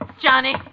Johnny